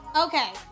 Okay